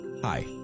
Hi